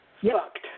Fucked